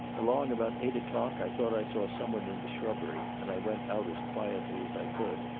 along about eight o'clock i thought i saw some one in the shrubbery, and i went out as quietly as i could.